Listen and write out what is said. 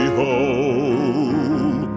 home